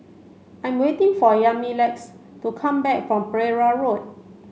I'm waiting for Yamilex to come back from Pereira Road